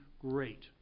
great